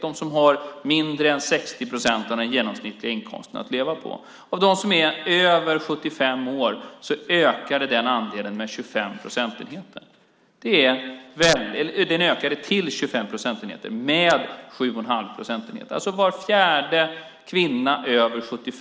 Det är de som har mindre än 60 procent av den genomsnittliga inkomsten att leva på. Av dem som är över 75 år ökade andelen med 7 1⁄2 procentenhet till 25 procentenheter.